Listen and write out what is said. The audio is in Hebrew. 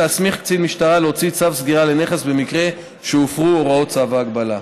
להסמיך קצין משטרה להוציא צו סגירה לנכס במקרה שהופרו הוראות צו ההגבלה.